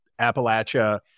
Appalachia